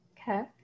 okay